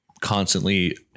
constantly